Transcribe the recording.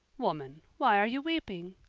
woman, why are you weeping?